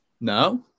No